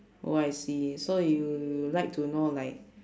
oh I see so you like to know like